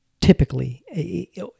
typically